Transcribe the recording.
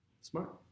Smart